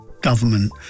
government